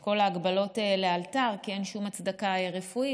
כל ההגבלות לאלתר, כי אין שום הצדקה רפואית.